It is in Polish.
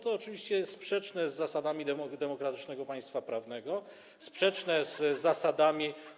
To oczywiście jest sprzeczne z zasadami demokratycznego państwa prawnego, sprzeczne z zasadami.